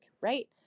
right